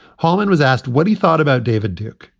holman was asked what he thought about david duke.